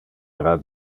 era